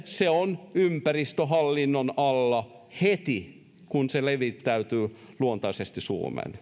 se on ympäristöhallinnon alla heti kun se levittäytyy luontaisesti suomeen